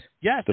Yes